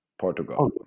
Portugal